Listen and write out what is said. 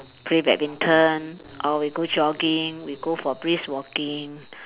play badminton or we go jogging we go for brisk walking